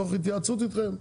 תוך התייעצות איתכם.